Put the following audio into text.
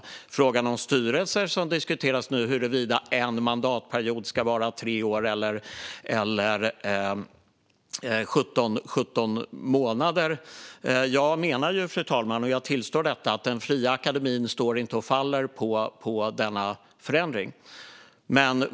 Men den fråga om styrelser som diskuteras nu handlar om huruvida en mandatperiod ska vara tre år eller 17 månader. Jag menar - och jag tillstår det - att den fria akademin inte står och faller med denna förändring.